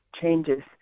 changes